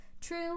True